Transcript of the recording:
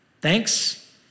thanks